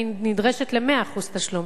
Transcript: אני נדרשת ל-100% תשלום,